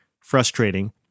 frustrating